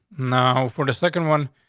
now, for the second one,